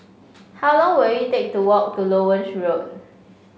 how long will it take to walk to Loewen Road